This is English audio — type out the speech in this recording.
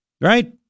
Right